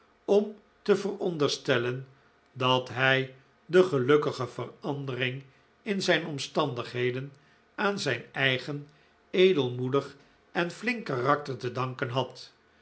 om te veronderstellen dat hij de gelukkige verandering in zijn omstandigheden aan zijn eigen edelmoedig en flink karakter te danken had